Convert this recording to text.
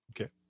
Okay